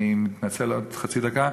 אני מתנצל על עוד חצי דקה,